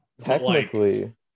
Technically